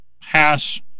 pass